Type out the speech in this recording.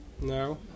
No